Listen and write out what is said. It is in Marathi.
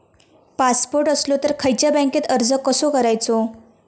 पासपोर्ट असलो तर खयच्या बँकेत अर्ज कसो करायचो?